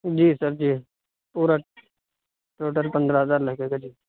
جی sir جی پورا total پندرہ ہزار لگے گا جی